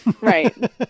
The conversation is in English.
Right